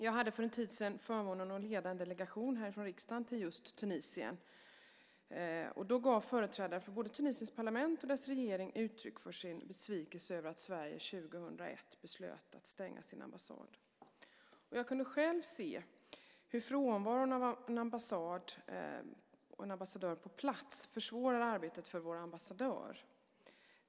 Jag hade för en tid sedan förmånen att leda en delegation från riksdagen till just Tunisien. Då gav företrädare för både Tunisiens parlament och dess regering uttryck för sin besvikelse över att Sverige 2001 beslöt att stänga sin ambassad. Jag kunde själv se hur frånvaron av en ambassad och en ambassadör på plats försvårar arbetet för vår ambassadör.